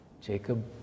Jacob